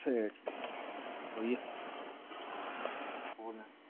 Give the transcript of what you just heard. ठीक ऐ ठीक ऐ आई जाओ